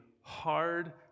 hard